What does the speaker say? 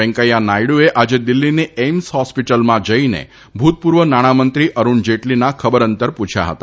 વેકૈંંયા નાયડુએ આજે દિલ્હીની એઇમ્સ હોસ્પીટલમાં જઇને ભૂતપૂર્વ નાણાંમંત્રી અરૂણ જેટલીના ખબરઅંતર પૂછ્યા હતા